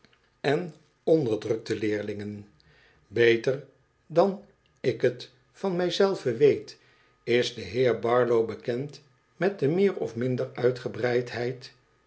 en onderdrukte leerlingen beter dan ik het van mij zelve weet is de heer barlow bekend met de meer of mindere